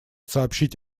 сообщить